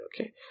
okay